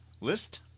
list